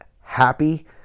happy